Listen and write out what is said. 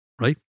right